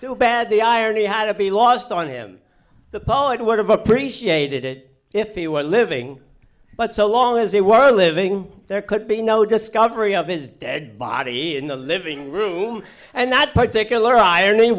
too bad the irony had to be lost on him the poet would have appreciated it if he were living but so long as they were living there could be no discovery of his dead body in the living room and that particular iron